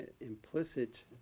implicit